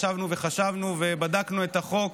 ישבנו וחשבנו ובדקנו את החוק,